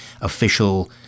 official